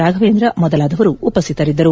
ರಾಘವೇಂದ್ರ ಮೊದಲಾದವರು ಉಪಸ್ಥಿತರಿದ್ದರು